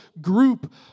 group